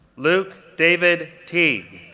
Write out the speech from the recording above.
luke david teague,